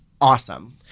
awesome